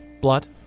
blood